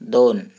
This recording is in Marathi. दोन